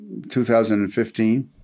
2015